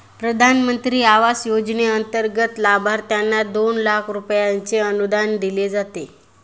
प्रधानमंत्री आवास योजनेंतर्गत लाभार्थ्यांना दोन लाख रुपयांचे अनुदान दिले जाते